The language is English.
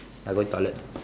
I going toilet